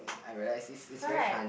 I realize it's it's very fun